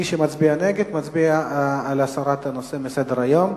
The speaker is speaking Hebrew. מי שמצביע נגד, מצביע על הסרת הנושא מסדר-היום.